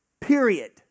period